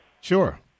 Sure